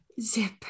Zip